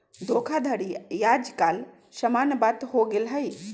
धोखाधड़ी याज काल समान्य बात हो गेल हइ